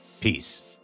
Peace